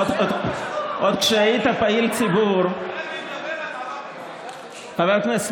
עוד כשהיית פעיל ציבור חבר הכנסת